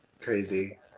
Crazy